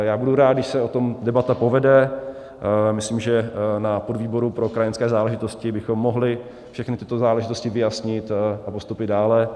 Já budu rád, když se o tom debata povede, myslím, že na podvýboru pro krajanské záležitosti bychom mohli všechny tyto záležitosti vyjasnit a postoupit dále.